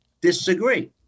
disagree